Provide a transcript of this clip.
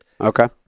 Okay